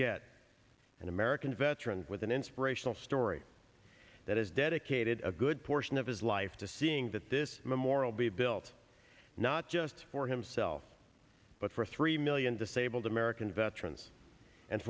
get an american veteran with an inspirational story that is dedicated a good portion of his life to seeing that this memorial be built not just for himself but for three million disabled american veterans and